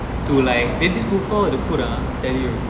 to like B_M_T school four the food ah I tell you